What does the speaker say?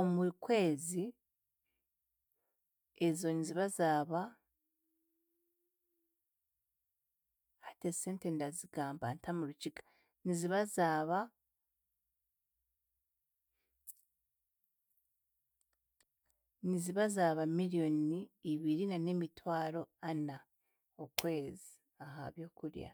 omu kwezi ezo niziba zaaba hati esente ndazigamba nta mu Rukiga, niziba zaaba niziba zaaba miriyoni ibiri na n'emitwaro ana okwezi aha byokurya.